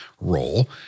role